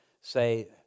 say